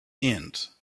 inns